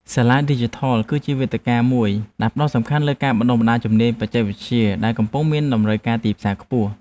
សាលាឌីជីថល គឺជាវេទិកាមួយដែលផ្ដោតសំខាន់លើការបណ្ដុះបណ្ដាលជំនាញបច្ចេកវិទ្យាដែលកំពុងមានតម្រូវការទីផ្សារខ្ពស់។